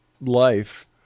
life